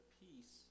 peace